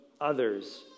others